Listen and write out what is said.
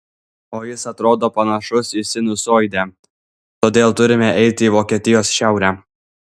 o jis atrodo panašus į sinusoidę todėl turime eiti į vokietijos šiaurę